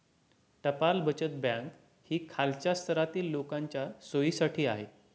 टपाल बचत बँक ही खालच्या स्तरातील लोकांच्या सोयीसाठी आहे